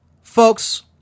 Folks